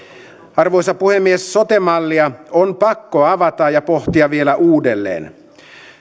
arvoisa puhemies sote mallia on pakko avata ja pohtia vielä uudelleen